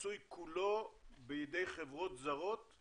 מצוי כולו בידי חברות זרות?